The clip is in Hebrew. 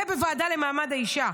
ובוועדה לקידום מעמד האישה.